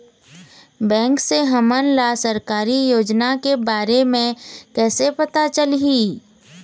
Bank से हमन ला सरकारी योजना के बारे मे कैसे पता चलही?